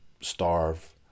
starve